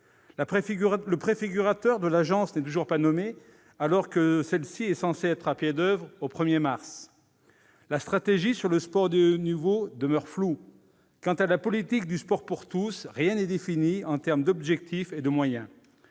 Le préfigurateur de l'ANS n'est toujours pas nommé, alors que celle-ci est censée être à pied d'oeuvre au 1 mars. La stratégie relative au sport de haut niveau demeure floue. Quant à la politique du sport pour tous, rien n'est défini en matière d'objectifs et de moyens.